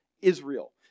Israel